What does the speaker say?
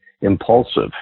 impulsive